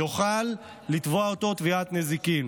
יוכל לתבוע אותו תביעת נזיקין.